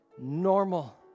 normal